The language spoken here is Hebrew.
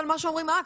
מה שאומרים אקט,